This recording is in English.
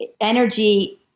energy